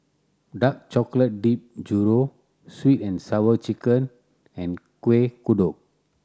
dark chocolate dipped churro Sweet And Sour Chicken and Kuih Kodok